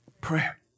Prayer